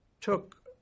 took